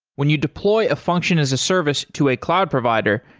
when you deploy a function as a service to a cloud provider,